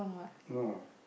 no